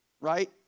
right